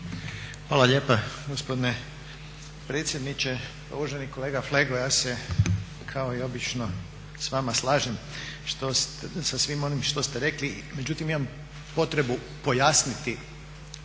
Hvala lijepa gospodine potpredsjedniče. Uvaženi kolega Flego, ja se kao i obično s vama slažem sa svim onim što ste rekli, međutim imam potrebu pojasniti